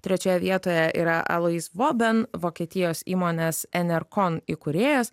trečioje vietoje yra aloyz voben vokietijos įmonės enerkon įkūrėjas